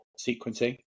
sequencing